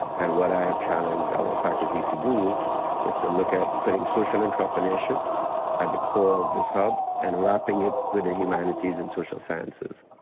and what i have challenged our faculty to do is to look at putting social entrepreneurship at the core of this hub and wrapping it with the humanities and social sciences.